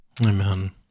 amen